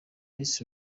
best